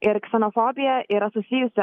ir ksenofobija yra susijusi